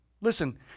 Listen